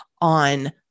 on